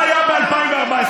לא היו מחירים איתנו,